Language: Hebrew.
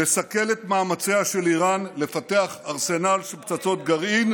לסכל את מאמציה של איראן לפתח ארסנל של פצצות גרעין,